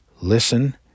listen